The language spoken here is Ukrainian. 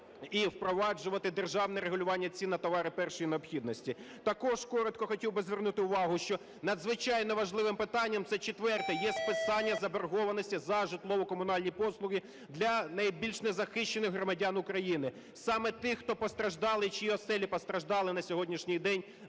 і впроваджувати державне регулювання цін на товари першої необхідності. Також коротко хотів би звернути увагу, що надзвичайно важливим питанням, це четверте, є списання заборгованості за житлово-комунальні послуги для найбільш незахищених громадян України, саме тих, хто постраждали, чиї оселі постраждали на сьогоднішній день,